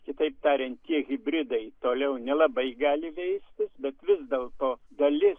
kitaip tariant tie hibridai toliau nelabai gali veistis bet vis dėlto dalis